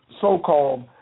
so-called